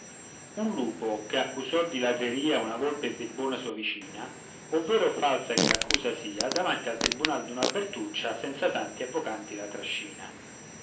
un lupo che accusò di ladreria una volpe birbona sua vicina o vera o falsa che l'accusa sia davanti al tribunal d'una bertuccia senza tanti avvocati la trascina